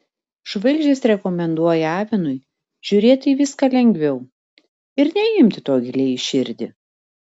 žvaigždės rekomenduoja avinui žiūrėti į viską lengviau ir neimti to giliai į širdį